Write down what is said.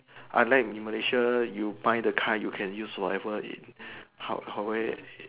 unlike Malaysia you buy the car you can use forever in